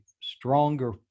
stronger